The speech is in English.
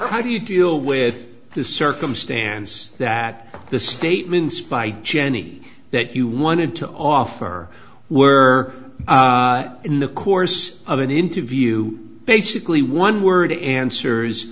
crowd to deal with the circumstance that the statements by jenny that you wanted to offer were in the course of an interview basically one word answers